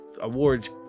awards